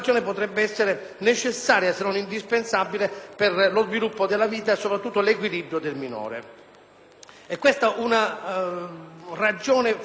Questa è la ragione fondamentale dell'esistenza nel nostro ordinamento di tutto il sistema civile e penale affidato alla giurisdizione in